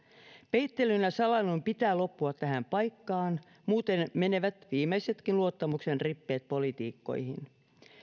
peittelyn ja salailun pitää loppua tähän paikkaan muuten menevät viimeisetkin luottamuksen rippeet poliitikkoihin